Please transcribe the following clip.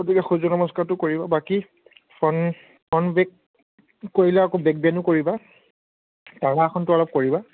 গতিকে সূৰ্য নমষ্কাৰটো কৰিবা বাকী কৰিলে আকৌ বেক বেনো কৰিবা আসনটো অলপ কৰিবা